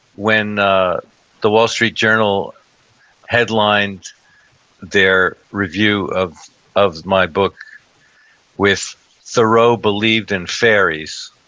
when ah the wall street journal headlined their review of of my book with thoreau believed in fairies,